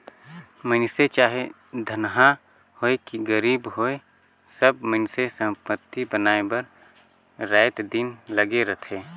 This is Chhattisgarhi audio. मइनसे चाहे धनहा होए कि गरीब होए सब मइनसे संपत्ति बनाए बर राएत दिन लगे रहथें